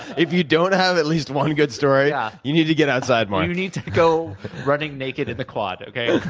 if you don't have at least one good story, yeah you need to get outside more. you need to go running naked in the quad. okay?